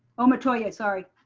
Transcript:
oh metoyer, sorry.